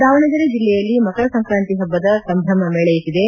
ದಾವಣಗೆರೆ ಜಿಲ್ಲೆಯಲ್ಲಿ ಮಕರ ಸಂಕ್ರಾಂತಿ ಹಬ್ಬದ ಸಂಭ್ರಮ ಮೇಳ್ಳೆಸಿದೆ